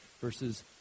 versus